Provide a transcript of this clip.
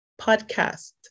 podcast